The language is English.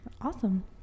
awesome